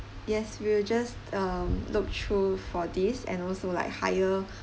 yes we will just um look through for this and also like hire